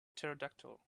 pterodactyl